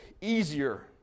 easier